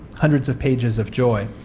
hundreds of pages of joy